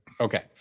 Okay